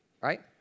right